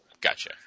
Gotcha